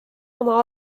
oma